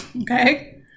Okay